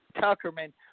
Tuckerman